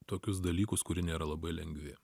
tokius dalykus kurie nėra labai lengvi